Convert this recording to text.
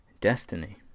Destiny